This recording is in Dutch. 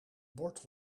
bord